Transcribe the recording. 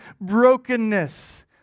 brokenness